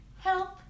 Help